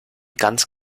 ganz